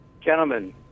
Gentlemen